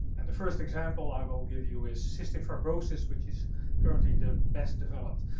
and the first example i will give you is cystic fibrosis, which is currently the best developed.